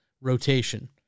rotation